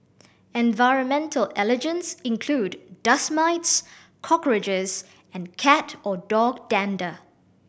environmental allergens include dust mites cockroaches and cat or dog dander